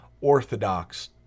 orthodox